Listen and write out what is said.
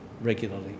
regularly